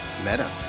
Meta